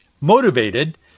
motivated